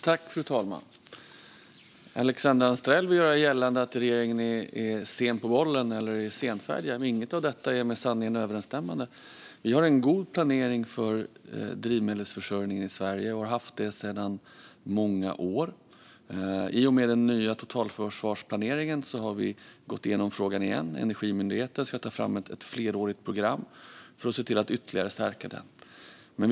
Fru talman! Alexandra Anstrell vill göra gällande att regeringen är sen på bollen och är senfärdig. Inget av detta är med sanningen överensstämmande. Vi har en god planering för drivmedelsförsörjningen i Sverige och har haft det i många år. I och med den nya totalförsvarsplaneringen har vi gått igenom frågan igen, och Energimyndigheten ska ta fram ett flerårigt program för att se till att ytterligare stärka försörjningen.